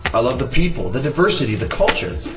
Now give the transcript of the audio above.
i love the people, the diversity, the culture.